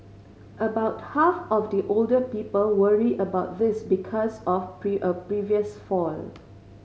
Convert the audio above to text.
about half of the older people worry about this because of a previous fall